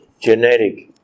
genetic